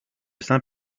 saint